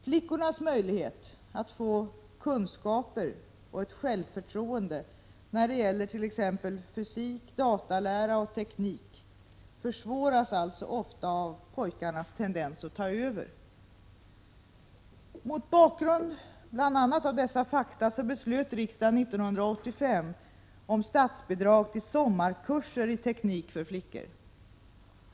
Flickornas möjligheter att få kunskaper och ett självförtroende när det gäller t.ex. fysik, datalära och teknik försvåras alltså ofta av pojkarnas tendens att ta över. Mot bakgrund av bl.a. dessa fakta beslöt riksdagen 1985 om statsbidrag till sommarkurser i teknik för flickor.